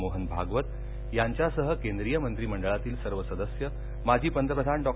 मोहन भागवत यांच्यासह केंद्रीय मंत्रिमंडळातील सर्व सदस्य माजी पंतप्रधान डॉ